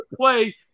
play